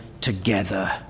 together